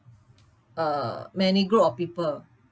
uh many group of people